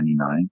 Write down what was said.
1999